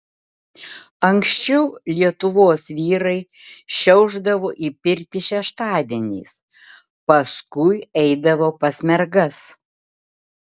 anksčiau lietuvos vyrai šiaušdavo į pirtį šeštadieniais paskui eidavo pas mergas